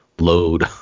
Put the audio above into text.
Load